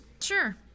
Sure